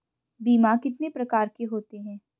बीमा कितने प्रकार के होते हैं?